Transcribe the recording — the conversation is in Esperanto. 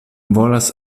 volas